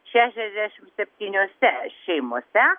šešiasdešim septyniose šeimose